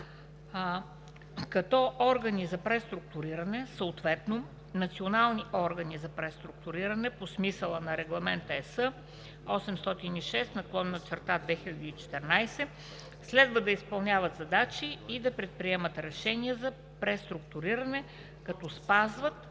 като органи за преструктуриране, съответно национални органи за преструктуриране по смисъла на Регламент (ЕС) № 806/2014, следва да изпълняват задачи и да приемат решения за преструктуриране, като спазват